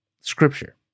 Scripture